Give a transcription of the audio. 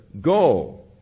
Go